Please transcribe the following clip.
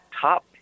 top